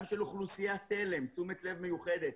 גם של אוכלוסיית תל"ם תשומת לב מיוחדת.